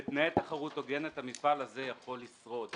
בתנאי תחרות הוגנת המפעל הזה יכול לשרוד.